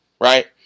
right